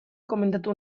komentatu